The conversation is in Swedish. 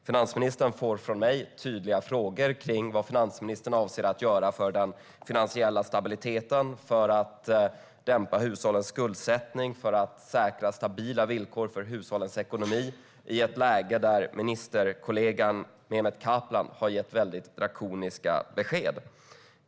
Finansministern får från mig tydliga frågor om vad hon avser att göra för den finansiella stabiliteten, för att dämpa hushållens skuldsättning och för att säkra stabila villkor för hushållens ekonomi i ett läge där ministerkollegan Kaplan har gett drakoniska besked.